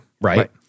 right